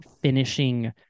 finishing